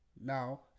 now